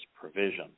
provision